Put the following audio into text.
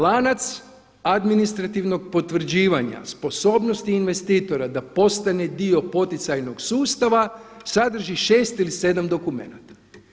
Lanac administrativnog potvrđivanja, sposobnosti investitora da postane dio poticajnog sustava sadrži 6 ili 7 dokumenata.